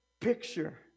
picture